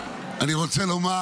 אני רוצה לומר: